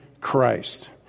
Christ